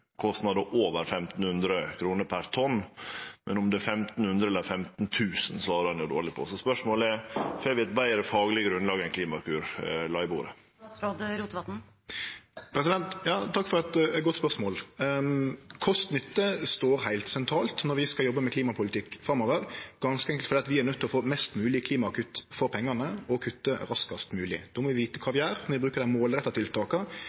over 1 500 kr per tonn, men om det er 1 500 eller 15 000, svarar ein dårleg på. Spørsmålet er: Har vi eit betre fagleg grunnlag enn det Klimakur la på bordet? Takk for eit godt spørsmål. Kost–nytte står heilt sentralt når vi skal jobbe med klimapolitikk framover, ganske enkelt fordi vi er nøydde til å få mest mogleg klimakutt for pengane og kutte raskast mogleg. Då må vi vite kva vi gjer når vi brukar dei målretta tiltaka